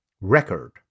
Record